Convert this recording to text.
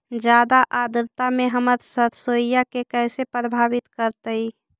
जादा आद्रता में हमर सरसोईय के कैसे प्रभावित करतई?